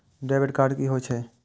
Debit card की होय छेय?